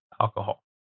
alcohol